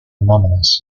anonymous